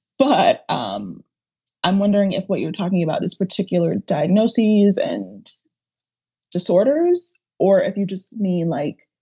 but um i'm wondering if what you're talking about this particular diagnoses and disorders or if you just mean, like,